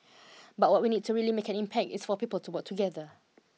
but what we need to really make an impact is for people to work together